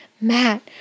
Matt